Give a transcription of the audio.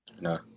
No